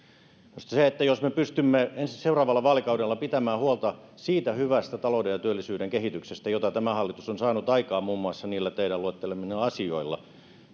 minusta se on oleellista että me pystymme seuraavalla vaalikaudella pitämään huolta siitä hyvästä talouden ja työllisyyden kehityksestä jota tämä hallitus on saanut aikaan muun muassa niillä teidän luettelemillanne asioilla